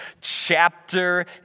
chapter